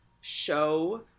show